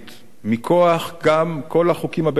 היא גם מכוח כל החוקים הבין-לאומיים,